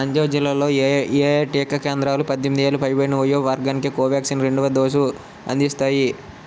అంజావ్ జిల్లాలో ఏయే టీకా కేంద్రాలు పద్దెనిమిది ఏళ్లు పైనడిన వయో వర్గానికి కోవాక్సిన్ రెండవ డోసు అందిస్తాయి